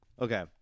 Okay